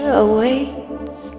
awaits